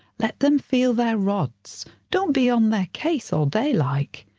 let them feel their rods don't be on their case all day, like.